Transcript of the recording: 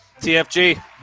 TFG